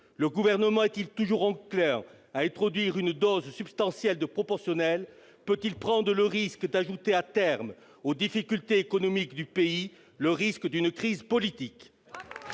le Gouvernement est-il toujours enclin à introduire une dose substantielle de proportionnelle ? Peut-il prendre le risque d'ajouter à terme aux difficultés économiques du pays une crise politique ?